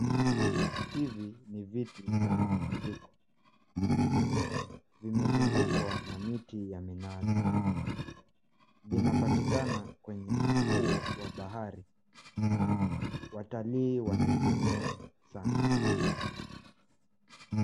Hivi ni viti vya mapumziko. Vimezungukwa na miti ya minazi. Vinapatikana kwenye ufuo wa bahari. Watalii wanatumia sana.